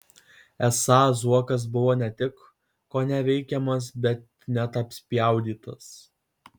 esą zuokas buvo ne tik koneveikiamas bet net apspjaudytas